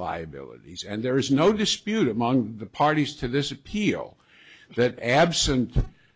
liabilities and there is no dispute among the parties to this appeal that absent